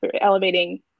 elevating